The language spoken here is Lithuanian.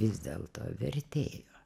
vis dėlto vertėjo